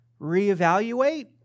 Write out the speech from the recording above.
reevaluate